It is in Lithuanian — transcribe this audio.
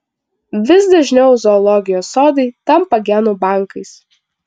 vis dažniau zoologijos sodai tampa genų bankais